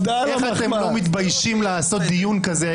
איך אתם לא מתביישים לעשות דיון כזה ערב בחירות.